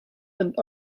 and